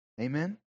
Amen